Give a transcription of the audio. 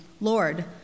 Lord